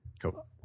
Cool